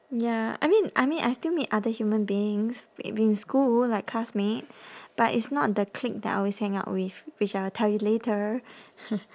ya I mean I mean I still meet other human beings like in school like classmate but it's not the clique that I always hang out with which I will tell you later